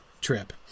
trip